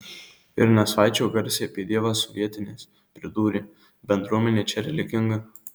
ir nesvaičiok garsiai apie dievą su vietiniais pridūrė bendruomenė čia religinga